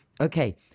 okay